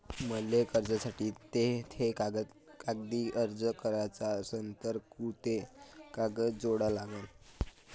मले कर्जासाठी थे कागदी अर्ज कराचा असन तर कुंते कागद जोडा लागन?